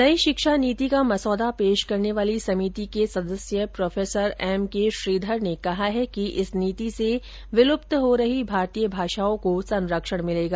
नई शिक्षा नीति का मसौदा पेश करने वाली समिति के सदस्य प्रोफेसर एम के श्रीधर ने कहा है कि इस नीति से विलुप्त हो रही भारतीय भाषाओं को संरक्षण मिलेगा